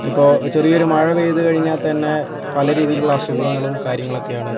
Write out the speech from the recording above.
ഇപ്പോൾ ചെറിയൊരു മഴ പെയ്തു കഴിഞ്ഞാൽ തന്നെ പലരീതിയിലുള്ള അസുഖങ്ങളും കാര്യങ്ങളൊക്കെയാണ്